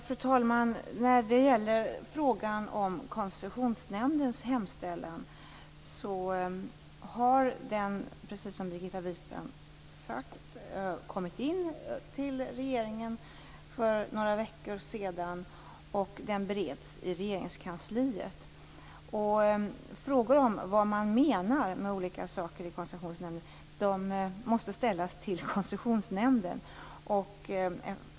Fru talman! Koncessionsnämndens hemställan har, precis som Birgitta Wistrand sade, kommit in till regeringen. Det gjorde den för några veckor sedan, och den bereds i Regeringskansliet. Frågor om vad man i Koncessionsnämnden menar med olika saker måste ställas till Koncessionsnämnden.